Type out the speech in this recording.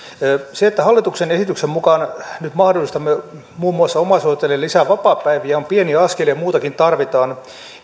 se että hallituksen esityksen mukaan nyt muun muassa mahdollistamme omaishoitajille lisää vapaapäiviä on pieni askel ja muutakin tarvitaan